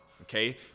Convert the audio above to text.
Okay